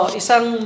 isang